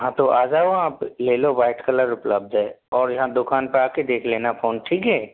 हाँ तो आ जाओ आँप ले लो वाइट कलर उपलब्ध है और यहाँ दुकान पर आ कर देख लेना फ़ोन ठीक है